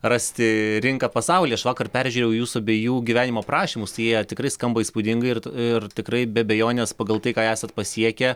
rasti rinką pasaulyje aš vakar peržiūrėjau jūsų abiejų gyvenimo aprašymus jie tikrai skamba įspūdingai ir tikrai be abejonės pagal tai ką esat pasiekę